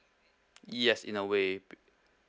yes in a way